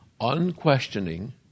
unquestioning